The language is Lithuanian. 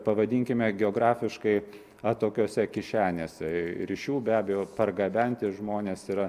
pavadinkime geografiškai atokiose kišenėse ryšių be abejo pargabenti žmones yra